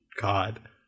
God